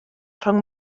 rhwng